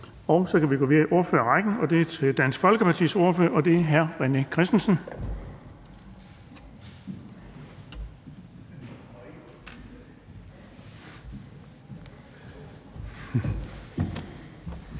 Så kan vi gå videre i ordførerrækken, og det er Dansk Folkepartis ordfører, hr. René Christensen.